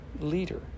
leader